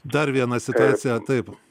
dar viena situacija taip